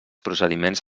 procediments